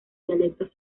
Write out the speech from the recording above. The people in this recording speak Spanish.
dialectos